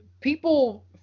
people